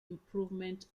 improvement